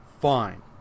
fine